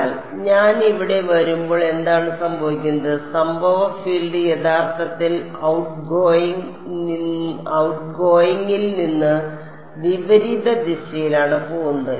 എന്നാൽ ഞാൻ ഇവിടെ വരുമ്പോൾ എന്താണ് സംഭവിക്കുന്നത് സംഭവ ഫീൽഡ് യഥാർത്ഥത്തിൽ ഔട്ട്ഗോയിംഗിൽ നിന്ന് വിപരീത ദിശയിലാണ് പോകുന്നത്